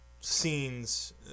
scenes